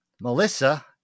Melissa